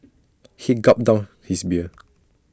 he gulped down his beer